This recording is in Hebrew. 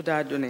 תודה, אדוני.